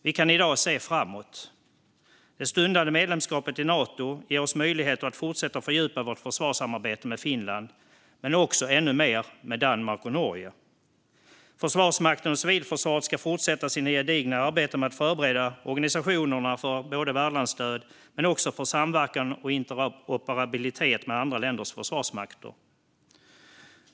Vi kan i dag se framåt. Det stundande medlemskapet i Nato ger oss möjligheter att fortsätta och fördjupa vårt försvarssamarbete med Finland och - ännu mer - med Danmark och Norge. Försvarsmakten och civilförsvaret ska fortsätta sitt gedigna arbete med att förbereda organisationerna för värdlandsstöd samt samverkan och interoperabilitet med andra länders försvarsmakter.